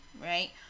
right